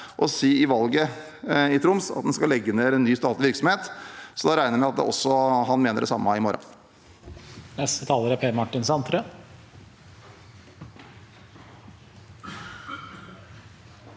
å si i valget i Troms at en skal legge ned en ny statlig virksomhet. Da regner jeg med at han også mener det samme i morgen.